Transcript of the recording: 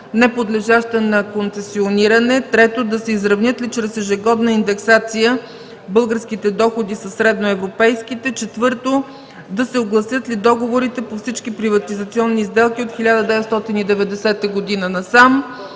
неподлежаща на концесиониране? 3. Да се изравнят ли чрез ежегодна индексация българските доходи със средноевропейските? 4. Да се огласят ли договорите по всички приватизационни сделки от 1990 г. насам?